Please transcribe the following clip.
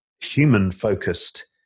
human-focused